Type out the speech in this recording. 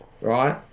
right